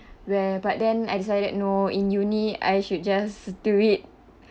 where but then I decided no in uni I should just do it